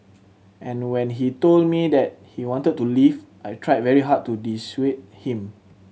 and when he told me that he wanted to leave I tried very hard to dissuade him